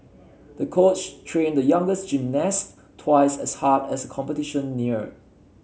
the coach trained the youngest gymnast twice as hard as competition neared